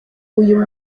uyu